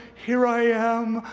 here i am.